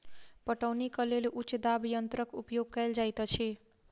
पटौनीक लेल उच्च दाब यंत्रक उपयोग कयल जाइत अछि